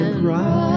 Right